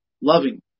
loving